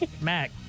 mac